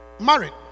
married